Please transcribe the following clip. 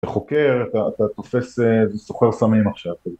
חוקר, אתה תופס איזה סוחר סמים עכשיו